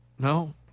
No